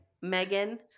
Megan